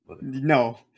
No